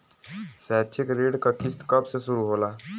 शैक्षिक ऋण क किस्त कब से शुरू होला?